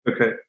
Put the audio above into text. Okay